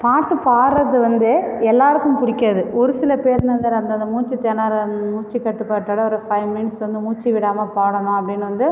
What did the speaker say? பாட்டு பாடுகிறது வந்து எல்லோருக்கும் பிடிக்காது ஒரு சில பேர் அந்த மூச்சுத் திணறல் மூச்சுக் கட்டுபாட்டோடு ஒரு ஃபைவ் மினிட்ஸ் வந்து மூச்சு விடாமல் பாடணும் அப்படின்னு வந்து